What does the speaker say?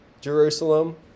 Jerusalem